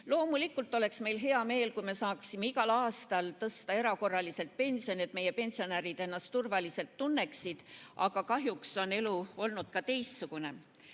Loomulikult oleks meil hea meel, kui me saaksime igal aastal tõsta erakorraliselt pensione, et meie pensionärid ennast turvaliselt tunneksid, aga kahjuks on elu olnud teistsugune. Alguseks